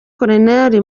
col